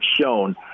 shown